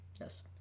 yes